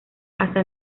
hasta